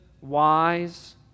wise